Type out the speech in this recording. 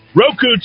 Roku